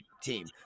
team